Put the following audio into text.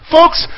Folks